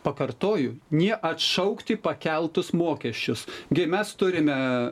pakartoju neatšaukti pakeltus mokesčius gi mes turime